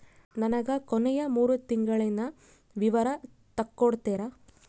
ನನಗ ಕೊನೆಯ ಮೂರು ತಿಂಗಳಿನ ವಿವರ ತಕ್ಕೊಡ್ತೇರಾ?